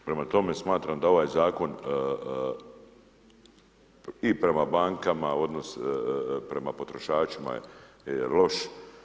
Prema tome, smatram da ovaj Zakon i prema bankama odnos prema potrošačima je loš.